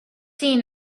seen